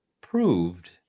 proved